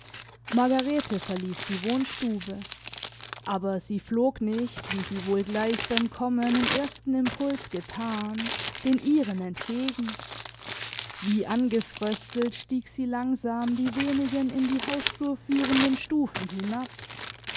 margarete verließ die wohnstube aber sie flog nicht wie sie wohl gleich beim kommen im ersten impuls gethan den ihren entgegen wie angefröstelt stieg sie langsam die wenigen in die hausflur führenden stufen hinab